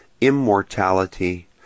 immortality